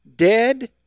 Dead